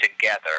together